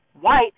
white